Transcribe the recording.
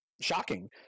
shocking